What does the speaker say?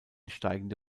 steigende